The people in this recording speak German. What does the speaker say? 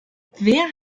wer